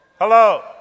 Hello